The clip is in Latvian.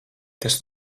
tas